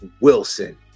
Wilson